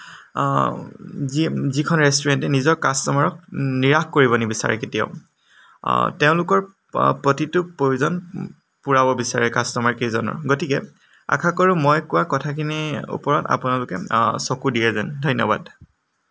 যিখন ৰেষ্টোৰেণ্টে নিজৰ কাষ্টমাৰক নিৰাশ কৰিব নিবিচাৰে কেতিয়াও তেওঁলোকৰ প্ৰতিটো প্ৰয়োজন পূৰাব বিচাৰে কাষ্টমাৰ কেইজনৰ গতিকে আশা কৰোঁ মই কোৱা কথাখিনিৰ ওপৰত আপোনালোকে চকু দিয়ে যেন ধন্যবাদ